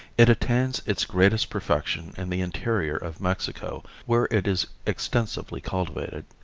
it attains its greatest perfection in the interior of mexico where it is extensively cultivated.